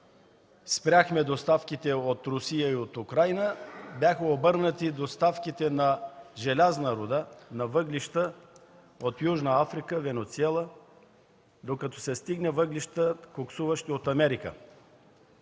Спряхме доставките от Русия и Украйна. Бяха обърнати доставките на желязна руда, на въглища от Южна Африка, Венецуела, докато се стигне до коксуващи въглища от Америка.